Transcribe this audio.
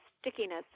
stickiness